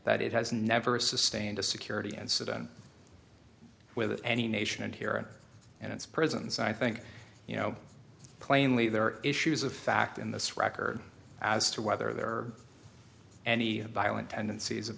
that it has never a sustained a security incident with any nation and here and its prisons i think you know plainly there are issues of fact in this record as to whether there are any violent tendencies of